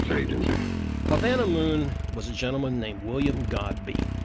agency havana moon was a gentleman named william godbey.